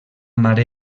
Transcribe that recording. mare